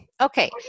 Okay